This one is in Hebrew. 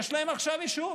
יש להם עכשיו אישור,